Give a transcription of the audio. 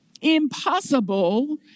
Impossible